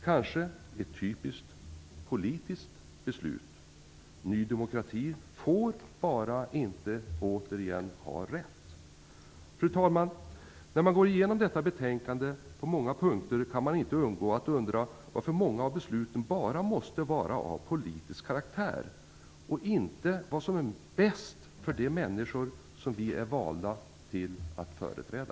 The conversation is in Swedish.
Kanske är det ett typiskt politiskt beslut? Ny demokrati får bara inte återigen ha rätt! Fru talman! När man går igenom detta betänkande kan man på många punkter inte låta bli att undra varför många av besluten bara måste vara av politisk karaktär, utan hänsyn till vad som är bäst för de människor som vi är valda till att företräda.